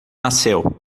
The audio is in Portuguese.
nasceu